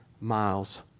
miles